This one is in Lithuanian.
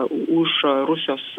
už rusijos